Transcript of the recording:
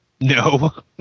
No